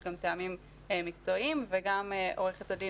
יש גם טעמים מקצועיים וגם עורכת הדין